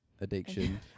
addiction